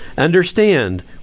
Understand